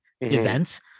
events